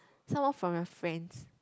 some more from your friends